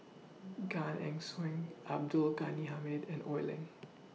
Gan Eng Swim Abdul Ghani Hamid and Oi Lin